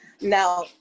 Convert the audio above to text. Now